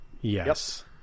Yes